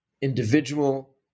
individual